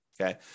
okay